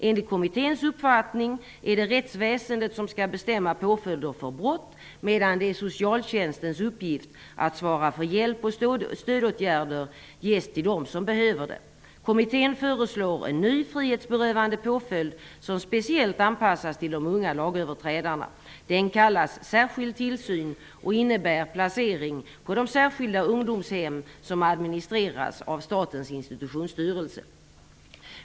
Enligt kommitténs uppfattning är det rättsväsendet som skall bestämma påföljder för brott medan det är socialtjänstens uppgift att svara för att hjälp och stödåtgärder ges till dem som behöver det. Kommittén föreslår en ny frihetsberövande påföljd som speciellt anpassas till de unga lagöverträdarna. Den kallas särskild tillsyn och innebär placering på de särskilda ungdomshem som administreras av Statens institutionsstyrelse.